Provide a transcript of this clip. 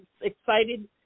excited